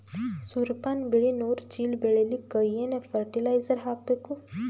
ಸೂರ್ಯಪಾನ ಬೆಳಿ ನೂರು ಚೀಳ ಬೆಳೆಲಿಕ ಏನ ಫರಟಿಲೈಜರ ಹಾಕಬೇಕು?